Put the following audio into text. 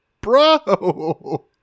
Bro